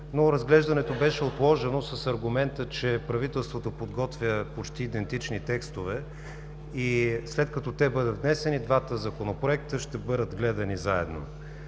Разглеждането беше отложено с аргумента, че правителството подготвя почти идентични текстове и след като те бъдат внесени, двата законопроекта ще бъдат гледани заедно.